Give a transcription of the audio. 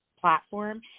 platform